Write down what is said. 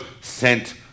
sent